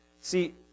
See